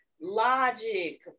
Logic